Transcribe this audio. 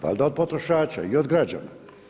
Valjda od potrošača i od građana.